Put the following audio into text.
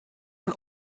mal